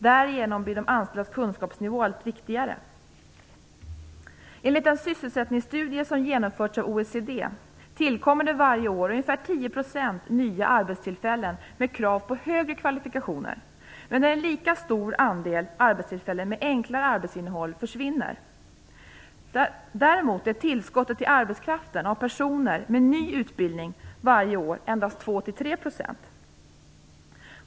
Därigenom blir de anställdas kunskapsnivå allt viktigare. Enligt den sysselsättningsstudie som genomförts av OECD tillkommer det varje år ungefär 10 % nya arbetstillfällen, med krav på högre kvalifikationer, men en lika stor andel arbetstillfällen med enklare arbetsinnehåll försvinner. Däremot är tillskottet till arbetskraften av personer med ny utbildning varje år endast 2-3 %.